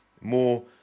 more